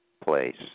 place